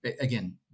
again